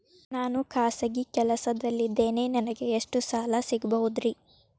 ನಾನು ಖಾಸಗಿ ಕೆಲಸದಲ್ಲಿದ್ದೇನೆ ನನಗೆ ಎಷ್ಟು ಸಾಲ ಸಿಗಬಹುದ್ರಿ?